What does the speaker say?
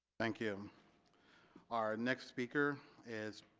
thank you our next speaker is